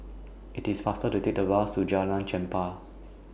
IT IS faster to Take The Bus to Jalan Chempah